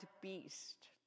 beast